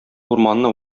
урманны